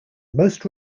most